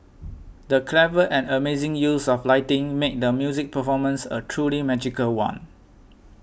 the clever and amazing use of lighting made the musical performance a truly magical one